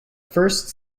first